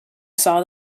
saw